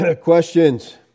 questions